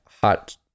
Hot